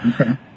Okay